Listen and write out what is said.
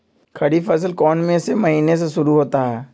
खरीफ फसल कौन में से महीने से शुरू होता है?